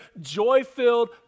joy-filled